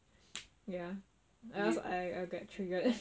ya or else I will get triggered